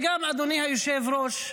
אדוני היושב-ראש,